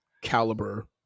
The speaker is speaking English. caliber